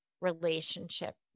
relationship